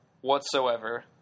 whatsoever